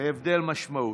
זה הבדל משמעותי.